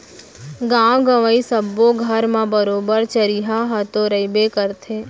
गॉंव गँवई सब्बो घर म बरोबर चरिहा ह तो रइबे करथे